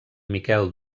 miquel